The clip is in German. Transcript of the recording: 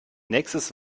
nächstes